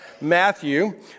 Matthew